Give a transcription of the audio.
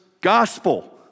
gospel